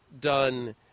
done